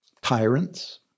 tyrants